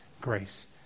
grace